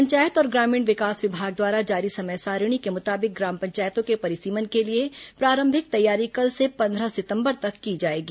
पंचायत और ग्रामीण विकास विभाग द्वारा जारी समय सारिणी के मुताबिक ग्राम पंचायतों के परिसीमन के लिए प्रारंभिक तैयारी कल से पंद्रह सितंबर तक की जाएगी